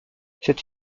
cette